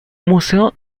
museo